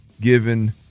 given